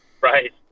right